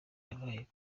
yabaye